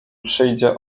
przyjdzie